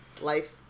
life